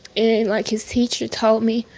and, like, his teacher told me,